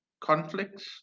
conflicts